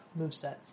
movesets